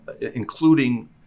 including